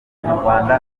ikoranabuhanga